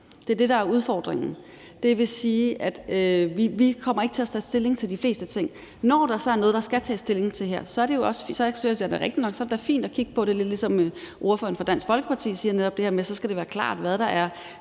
Det er det, der er udfordringen. Det vil sige, at vi ikke kommer til at tage stilling til de fleste ting. Når der så er noget, der skal tages stilling til her, synes jeg da, at det er rigtigt nok, at det er fint at kigge på det. Ligesom ordføreren for Dansk Folkeparti siger, skal det være klart, hvad der